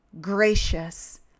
gracious